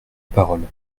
parole